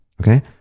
okay